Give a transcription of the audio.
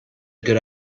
good